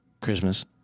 Christmas